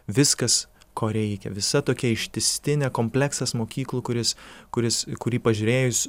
viskas ko reikia visa tokia ištistinė kompleksas mokyklų kuris kuris į kurį pažiūrėjus